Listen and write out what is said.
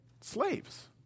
slaves